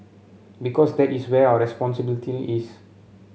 because that is where our responsibility is